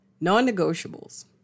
Non-negotiables